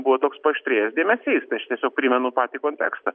buvo toks paaštrėjęs dėmesys tai aš tiesiog primenu patį kontekstą